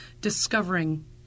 discovering